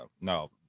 no